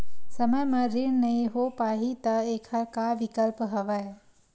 समय म ऋण नइ हो पाहि त एखर का विकल्प हवय?